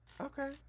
Okay